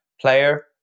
player